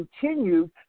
continued